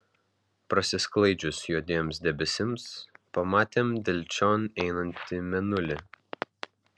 prasisklaidžius juodiems debesims pamatėm delčion einantį mėnulį